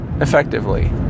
effectively